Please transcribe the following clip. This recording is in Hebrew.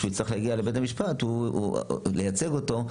כשהוא יצטרך להגיע לבית המשפט כדי לייצג אותו,